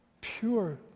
pure